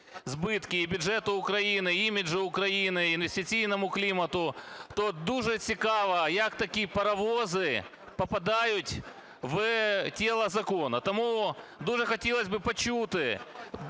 збитки і бюджету України, й іміджу України, й інвестиційному клімату, то дуже цікаво, як такі "паровози" попадають в тіло закону. Тому дуже хотілось би почути